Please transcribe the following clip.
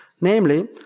namely